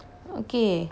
okay